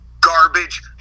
garbage